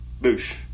Boosh